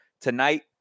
tonight